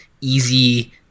easy